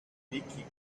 wiki